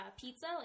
pizza